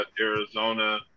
Arizona